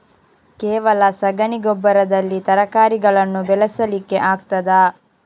ಕೇವಲ ಸಗಣಿ ಗೊಬ್ಬರದಲ್ಲಿ ತರಕಾರಿಗಳನ್ನು ಬೆಳೆಸಲಿಕ್ಕೆ ಆಗ್ತದಾ?